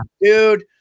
dude